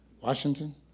Washington